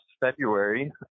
February